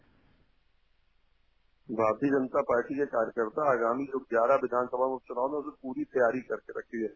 bite भारतीय जनता party के कार्यकर्ता आगामी जो ग्यारह विधानसभाओं के उपचुनाव हैं कि पूरी तैयारी करके रखी है